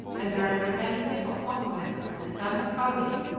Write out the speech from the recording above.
and the representative of mohammed the son of ali,